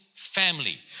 Family